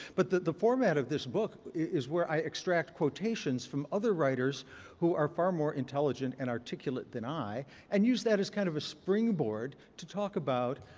but the the format of this book is where i extract quotations from other writers who are far more intelligent and articulate than i and use that as kind of a springboard to talk about,